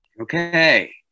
Okay